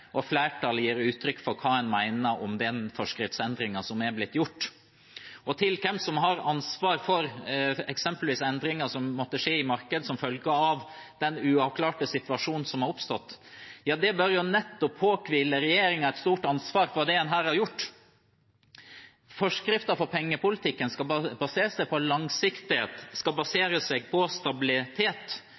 og flertallet gir uttrykk for hva de mener om den forskriftsendringen som er blitt gjort. Til hvem som har ansvaret for eksempelvis endringer som måtte skje i markedet som følge av den uavklarte situasjonen som har oppstått: Ja, det bør jo nettopp påhvile regjeringen et stort ansvar når det gjelder det en her har gjort. Forskriften for pengepolitikken skal basere seg på langsiktighet, skal basere seg på stabilitet,